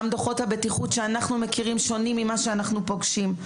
גם דוחות הבטיחות שאנחנו מכירים שונים ממה שאנחנו פוגשים.